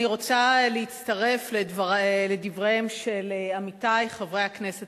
אני רוצה להצטרף לדבריהם של עמיתי חברי הכנסת